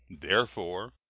therefore,